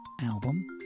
album